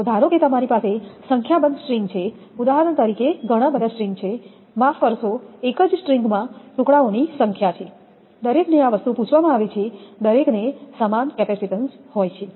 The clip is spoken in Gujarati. તો ધારો કે તમારી પાસે સંખ્યાબંધ સ્ટ્રિંગ છે ઉદાહરણ તરીકે ઘણા બધા સ્ટ્રિંગ છે માફ કરશો એક જ સ્ટ્રિંગ માં ટુકડાઓની સંખ્યા છે દરેકને આ વસ્તુ પૂછવામાં આવે છે દરેકને સમાન કેપેસિટીન્સ હોય છે